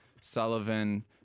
Sullivan